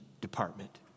department